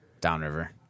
Downriver